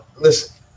listen